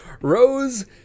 Rose